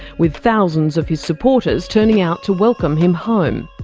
with thousands of his supporters turning out to welcome him home.